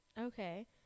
Okay